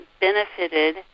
benefited